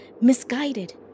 misguided